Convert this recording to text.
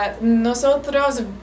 Nosotros